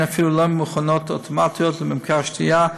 אפילו מכונות אוטומטיות לממכר שתייה,